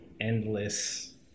endless